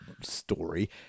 story